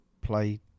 play